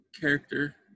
character